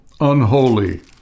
unholy